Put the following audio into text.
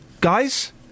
Guys